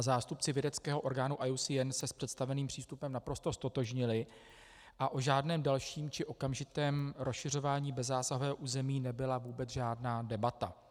Zástupci vědeckého orgánu IUCN se s představeným přístupem naprosto ztotožnili a o žádném dalším či okamžitém rozšiřování bezzásahového území nebyla vůbec žádná debata.